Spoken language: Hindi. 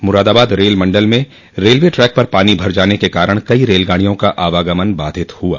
मुरादाबाद रेल मंडल में रेलवे ट्रैक पर पानी भर जाने के कारण कई रेलगाड़ियों का आवागमन बाधित हुआ